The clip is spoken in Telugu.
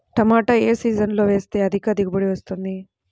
టమాటా ఏ సీజన్లో వేస్తే అధిక దిగుబడి వస్తుంది?